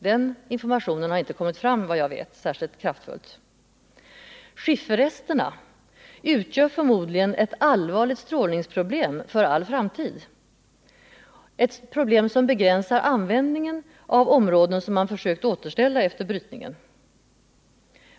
Den informationen har inte, vad jag vet, kommit fram särskilt kraftfullt. Skifferresterna utgör förmodligen ett allvarligt strålningsproblem för all framtid, ett problem som begränsar användningen av områden som man försökt återställa efter brytningen.